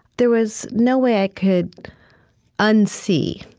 there was no way i could unsee.